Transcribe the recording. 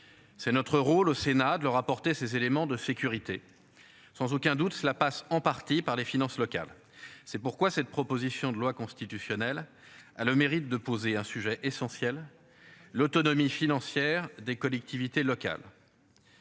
C'est notre rôle au Sénat de leur apporter ces éléments de sécurité. Sans aucun doute cela passe en partie par les finances locales. C'est pourquoi cette proposition de loi constitutionnelle a le mérite de poser un sujet essentiel. L'autonomie financière des collectivités locales.